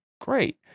Great